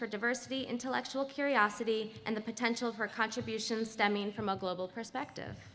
for diversity intellectual curiosity and the potential for contributions stemming from a global perspective